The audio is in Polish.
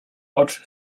oczy